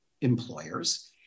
employers